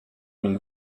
une